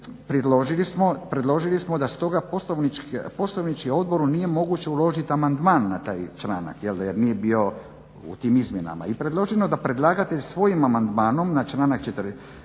predložili smo da stoga poslovnički odboru nije moguće uložiti amandman na taj članak jel'da jer nije bio u tim izmjenama. I predloženo je da predlagatelj svojim amandmanom na članak 75. riješi